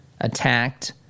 attacked